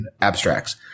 abstracts